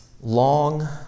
Long